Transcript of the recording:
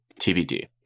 TBD